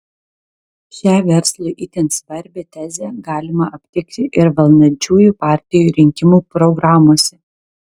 šią verslui itin svarbią tezę galima aptikti ir valdančiųjų partijų rinkimų programose